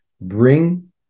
bring